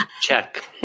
Check